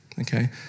Okay